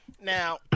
Now